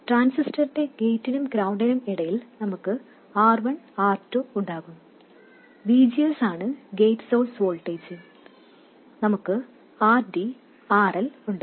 ട്രാൻസിസ്റ്ററിന്റെ ഗേറ്റിനും ഗ്രൌണ്ടിനും ഇടയിൽ നമുക്ക് R1 R2 ഉണ്ടാകും VGS ആണ് ഗേറ്റ് സോഴ്സ് വോൾട്ടേജ് നമുക്ക് RD RL ഉണ്ട്